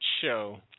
show